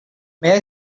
may